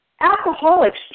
Alcoholics